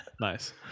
nice